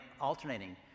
alternating